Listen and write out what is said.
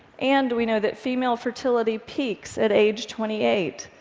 and we know that female fertility peaks at age twenty eight,